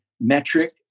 metric